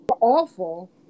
awful